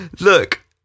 Look